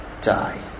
die